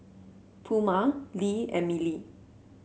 Puma Lee and Mili